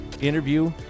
interview